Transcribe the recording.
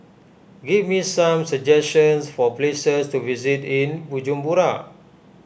give me some suggestions for places to visit in Bujumbura